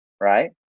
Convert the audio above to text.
right